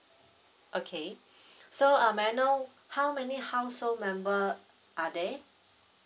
okay so uh may I know how many household member uh are there